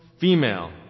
female